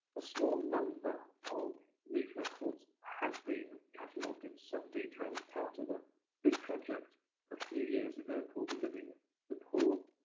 a small number of these records have been catalogued in some detail as part of a big project a few years ago called living the poor.